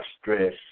stress